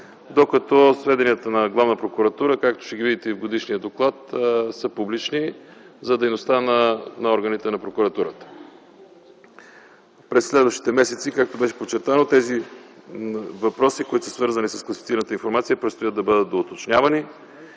докато сведенията на Главната прокуратура, както ще ги видите и в годишния доклад, те са публични за дейността на органите на Прокуратурата. През следващите месеци, както беше подчертано, тези въпроси, които са свързани с класифицираната информация, предстои да бъдат доуточнявани